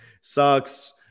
Sucks